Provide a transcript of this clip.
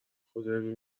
خدایا